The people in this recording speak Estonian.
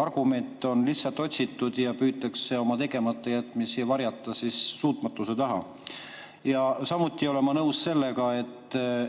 argument on lihtsalt otsitud ja püütakse oma tegematajätmisi varjata suutmatuse taha. Ja samuti ei ole ma nõus sellega,